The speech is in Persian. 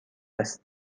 است